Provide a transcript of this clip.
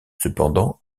cependant